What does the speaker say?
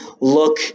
look